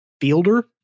fielder